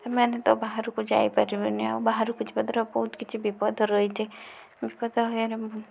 ସେମାନେ ତ ବାହାରକୁ ଯାଇପାରିବେନି ଆଉ ବାହାରକୁ ଯିବା ଦ୍ୱାରା ବହୁତ କିଛି ବିପଦ ରହିଛି ବିପଦ ଭୟରେ